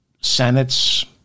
Senates